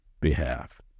behalf